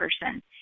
person